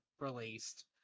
released